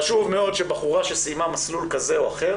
חשוב מאוד שבחורה שסיימה מסלול כזה או אחר